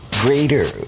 Greater